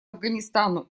афганистану